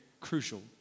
crucial